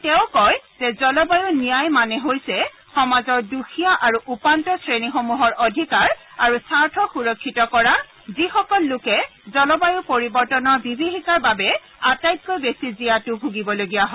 তেওঁ কয় যে জলবায়ু ন্যায় মানে হৈছে সমাজৰ দুখীয়া আৰু উপান্ত শ্ৰেণীসমূহৰ অধিকাৰ আৰু স্বাৰ্থ সুৰক্ষিত কৰা যিসকল লোকে জলবায়ু পৰিৱৰ্তনৰ বিভীষিকাৰ বাবে আটাইতকৈ বেছি জীয়াতু ভূগিবলগীয়া হয়